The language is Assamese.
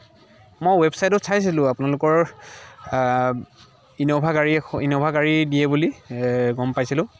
মই ৱেৱচাইদত চাইছিলোঁ আপোনালোকৰ ইন'ভা গাড়ী এখ' ইন'ভা গাড়ী দিয়ে বুলি দিয়ে বুলি গম পাইছিলোঁ